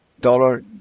dollar